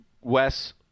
Wes